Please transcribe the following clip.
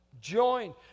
join